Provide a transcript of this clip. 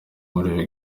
muri